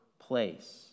place